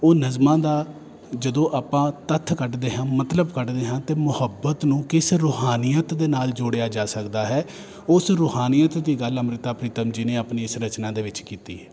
ਉਹ ਨਜ਼ਮਾਂ ਦਾ ਜਦੋਂ ਆਪਾਂ ਤੱਥ ਕੱਢਦੇ ਹਾਂ ਮਤਲਬ ਕੱਢਦੇ ਹਾਂ ਤਾਂ ਮੁਹੱਬਤ ਨੂੰ ਕਿਸ ਰੂਹਾਨੀਅਤ ਦੇ ਨਾਲ ਜੋੜਿਆ ਜਾ ਸਕਦਾ ਹੈ ਉਸ ਰੂਹਾਨੀਅਤ ਦੀ ਗੱਲ ਅੰਮ੍ਰਿਤਾ ਪ੍ਰੀਤਮ ਜੀ ਨੇ ਆਪਣੀ ਇਸ ਰਚਨਾ ਦੇ ਵਿੱਚ ਕੀਤੀ ਹੈ